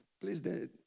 Please